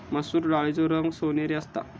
मसुर डाळीचो रंग सोनेरी असता